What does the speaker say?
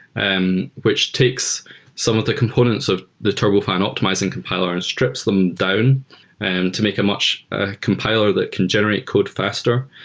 and which takes some of the components of the turbofan optimizing compiler and strips them down and to make a ah compiler that can generate code faster.